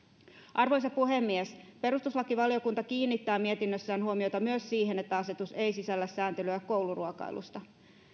arvoisa puhemies perustuslakivaliokunta kiinnittää mietinnössään huomiota myös siihen että asetus ei sisällä sääntelyä kouluruokailusta